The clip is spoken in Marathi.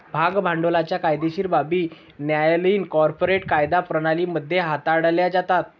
भाग भांडवलाच्या कायदेशीर बाबी न्यायालयीन कॉर्पोरेट कायदा प्रणाली मध्ये हाताळल्या जातात